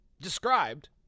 described